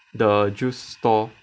the juice stall